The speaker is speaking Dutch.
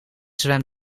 zwem